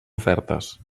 ofertes